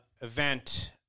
event